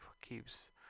keeps